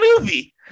movie